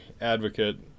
advocate